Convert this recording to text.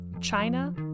China